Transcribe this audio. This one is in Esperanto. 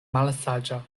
malsaĝa